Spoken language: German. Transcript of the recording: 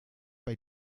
bei